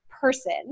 person